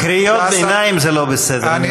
קריאות ביניים זה לא בסדר,